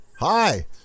Hi